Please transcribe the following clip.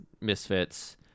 Misfits